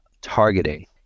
targeting